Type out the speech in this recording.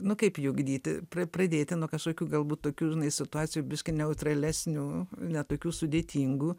nu kaip ji ugdyti pradėti nuo kažkokių galbūt tokių žinai situacijų biški neutralesnių ne tokių sudėtingų